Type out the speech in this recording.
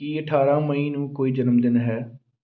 ਕੀ ਅਠਾਰਾਂ ਮਈ ਨੂੰ ਕੋਈ ਜਨਮਦਿਨ ਹੈ